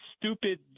stupid